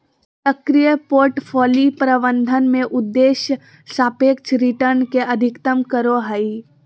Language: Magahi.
सक्रिय पोर्टफोलि प्रबंधन में उद्देश्य सापेक्ष रिटर्न के अधिकतम करो हइ